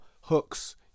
hooks